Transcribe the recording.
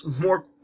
more